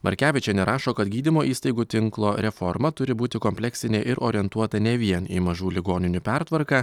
markevičienė rašo kad gydymo įstaigų tinklo reforma turi būti kompleksinė ir orientuota ne vien į mažų ligoninių pertvarką